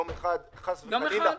חס וחלילה,